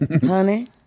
honey